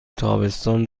تابستان